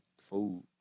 Food